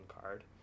card